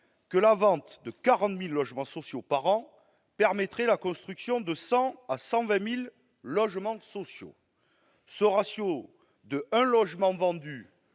que la vente de 40 000 logements sociaux par an permettra la construction de 100 000 à 120 000 logements sociaux. Ce ratio- un logement vendu